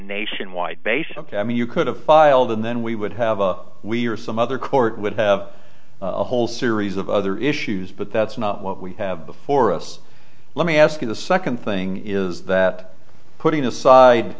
and i mean you could have filed and then we would have a we or some other court would have a whole series of other issues but that's not what we have before us let me ask you the second thing is that putting aside